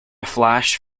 flash